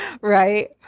Right